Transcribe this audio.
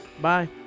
bye